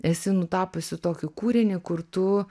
esi nutapiusi tokį kūrinį kur tu